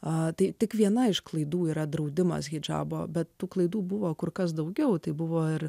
o tai tik viena iš klaidų yra draudimas hidžabo bet tų klaidų buvo kur kas daugiau tai buvo ir